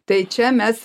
tai čia mes